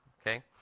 okay